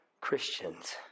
christians